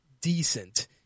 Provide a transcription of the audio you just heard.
decent